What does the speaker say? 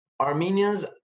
Armenians